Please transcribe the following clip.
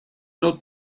not